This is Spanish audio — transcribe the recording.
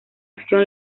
acción